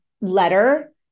letter